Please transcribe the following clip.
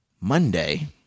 Monday